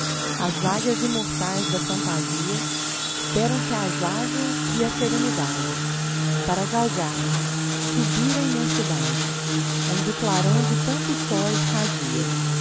as águias imortais da fantasia deram te as asas e a serenidade para galgar subir a imensidade onde o clarão de tantos sóis